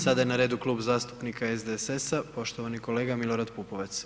Sada je na redu Klub zastupnika SDSS-a, poštovani kolega Milorad Pupovac.